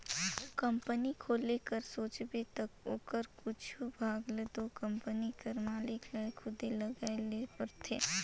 company खोले कर सोचबे ता ओकर कुछु भाग ल दो कंपनी कर मालिक ल खुदे लगाए ले परथे